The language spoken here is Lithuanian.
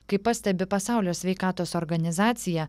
kaip pastebi pasaulio sveikatos organizacija